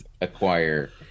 acquire